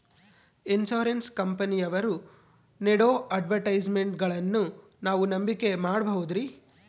Insurance ಕಂಪನಿಯವರು ನೇಡೋ ಅಡ್ವರ್ಟೈಸ್ಮೆಂಟ್ಗಳನ್ನು ನಾವು ನಂಬಿಕೆ ಮಾಡಬಹುದ್ರಿ?